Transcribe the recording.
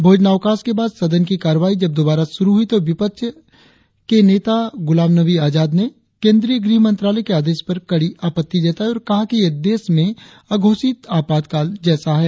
भोजनावकाश के बाद सदन की कार्यवाही जब दोबारा शुरु हुई तो विपक्ष ने नेता गुलाम नबी आजाद ने केंद्रीय गृह मंत्रालय के आदेश पर कड़ी आपत्ति जताई और कहा कि ये देश में अघोषित आपातकाल जैसा है